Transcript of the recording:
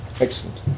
Excellent